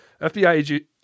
FBI